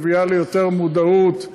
מביאה ליותר מודעות.